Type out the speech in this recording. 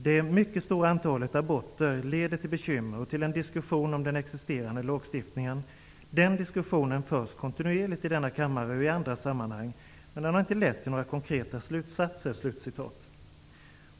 Det mycket stora antalet aborter leder till bekymmer och till en diskussion om den existerande lagstiftningen. Den diskussionen förs kontinuerligt i denna kammare och i andra sammanhang. Men den har inte lett till några konkreta slutsatser.''